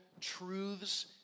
truths